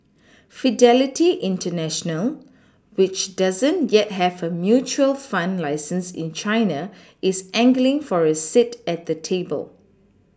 Fidelity international which doesn't yet have a mutual fund license in China is angling for a seat at the table